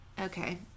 Okay